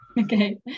okay